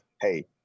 Hey